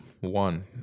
one